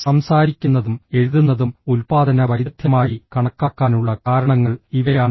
സംസാരിക്കുന്നതും എഴുതുന്നതും ഉൽപ്പാദന വൈദഗ്ധ്യമായി കണക്കാക്കാനുള്ള കാരണങ്ങൾ ഇവയാണ്